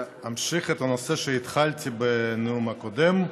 להמשיך את הנושא שהתחלתי בנאום הקודם,